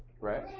right